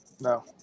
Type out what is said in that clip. no